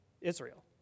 Israel